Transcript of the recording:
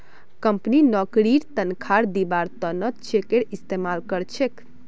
company नौकरीर तन्ख्वाह दिबार त न चेकेर इस्तमाल कर छेक